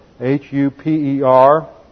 H-U-P-E-R